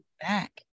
back